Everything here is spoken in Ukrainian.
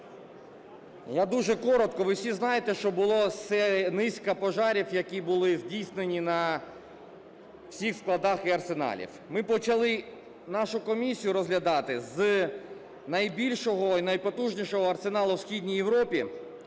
Я дуже коротко. Ви всі знаєте, що було, низка пожарів, які були здійснені на всіх складах і арсеналах. Ми почали нашу комісію розглядати з найбільшого і найпотужнішого арсеналу в Східній Європі,